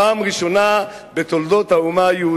בפעם הראשונה בתולדות האומה היהודית.